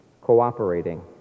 cooperating